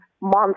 months